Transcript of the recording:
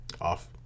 off